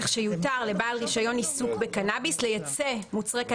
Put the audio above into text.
כך ש"יותר לבעל רישיון עיסוק בקנאביס לייצא מוצרי